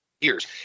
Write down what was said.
years